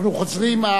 אנחנו חוזרים,